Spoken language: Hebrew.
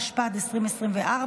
התשפ"ד 2024,